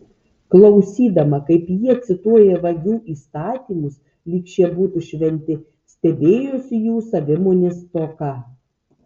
klausydama kaip jie cituoja vagių įstatymus lyg šie būtų šventi stebėjosi jų savimonės stoka